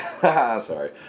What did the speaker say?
Sorry